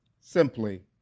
simply